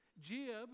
Jib